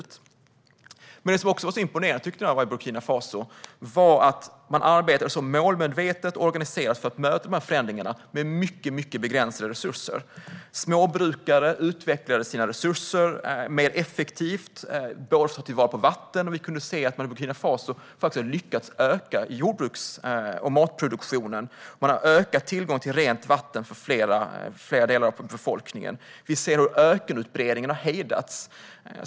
Det som jag också tyckte var så imponerande i Burkina Faso var dock att man så målmedvetet och organiserat, med mycket begränsade resurser, arbetade för att möta dessa förändringar. Småbrukare utnyttjade sina resurser mer effektivt för att ta till vara vatten, och vi kunde se att man i Burkina Faso faktiskt har lyckats öka matproduktionen. Man har ökat tillgången till rent vatten för fler delar av befolkningen. Vi ser hur ökenutbredningen har hejdats.